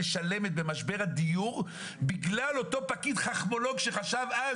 משלמים במשבר הדיור בגלל אותו פקיד חכמולוג שחשב אז